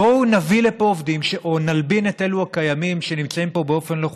בואו נביא לפה עובדים או נלבין את אלה שנמצאים פה באופן לא חוקי,